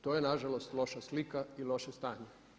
To je nažalost loša slika i loše stanje.